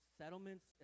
settlements